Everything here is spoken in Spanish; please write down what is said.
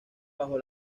bajo